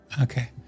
Okay